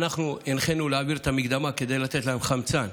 הנחינו להעביר את המקדמה, כדי לתת להם חמצן,